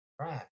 right